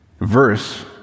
verse